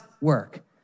work